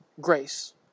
grace